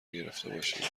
گرفتهباشیم